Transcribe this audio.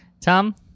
Tom